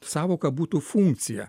sąvoka būtų funkcija